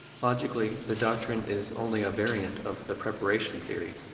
logically the doctrine is only a variant of the preparation theory.